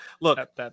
Look